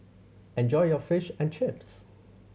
enjoy your Fish and Chips